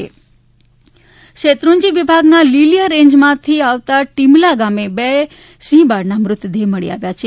સિંહના મૃતદેહ શેત્રુંજી વિભાગના લીલીયા રેન્જમાં આવતા ટીંબલા ગામે બે સિંહબાળના મૃતદેહ મળી આવ્યા છે